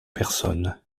personnes